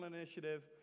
initiative